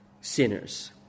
sinners